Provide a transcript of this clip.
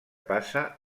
passa